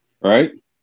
right